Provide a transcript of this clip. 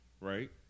right